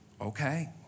Okay